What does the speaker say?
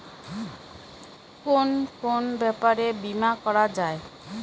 কুন কুন ব্যাপারে বীমা করা যায়?